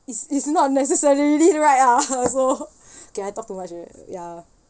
is is not necessarily right ah so okay I talk too much already ya